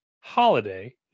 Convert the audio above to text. Holiday